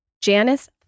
Janice